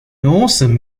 awesome